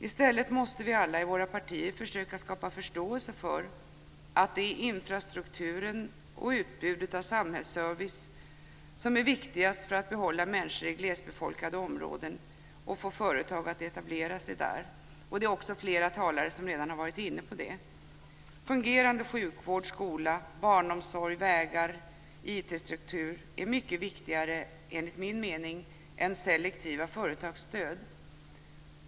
I stället måste vi alla i våra partier försöka skapa förståelse för att det är infrastrukturen och utbudet av samhällsservice som är viktigast för att behålla människor i glesbefolkade områden och få företag att etablera sig där. Det är också flera talare som redan har varit inne på det. Fungerande sjukvård, skola, barnomsorg, vägar och IT-struktur är mycket viktigare enligt min mening än selektiva företagsstöd.